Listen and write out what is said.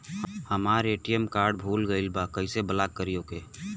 हमार ATM card भूला गईल बा कईसे ब्लॉक करी ओके?